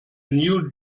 new